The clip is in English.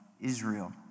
Israel